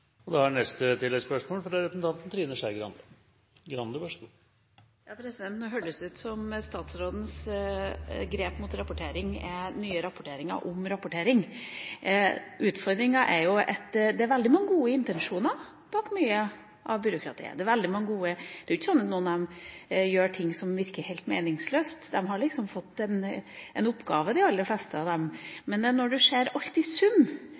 Trine Skei Grande – til oppfølgingsspørsmål. Nå hørtes det ut som om statsrådens grep mot rapportering er nye rapporteringer om rapportering. Det er veldig gode intensjoner bak mye av byråkratiet. Det er ikke sånn at noen gjør ting som virker helt meningsløse. De aller fleste av dem har fått en oppgave. Men når du ser alt i sum,